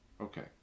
Okay